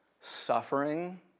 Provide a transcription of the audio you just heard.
suffering